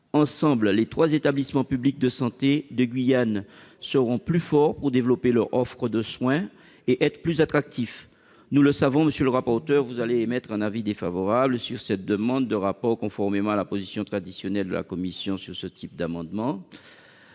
Ensemble, les trois établissements publics de santé de Guyane seront plus forts pour développer leur offre de soins et être plus attractifs. Nous le savons, monsieur le rapporteur, vous allez émettre un avis défavorable sur cette demande de rapport, conformément à la position traditionnelle de la commission sur ce type d'amendement.